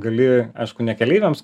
gali aišku ne keleiviams